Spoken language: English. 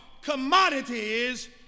commodities